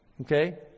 Okay